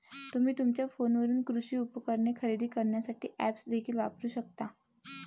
तुम्ही तुमच्या फोनवरून कृषी उपकरणे खरेदी करण्यासाठी ऐप्स देखील वापरू शकता